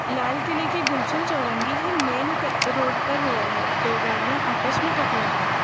لال قلعے کی گلچن چورنگی ہی مین روڈ پر ہوا ہے دو گاڑیاں آپس میں ٹکرا گئیں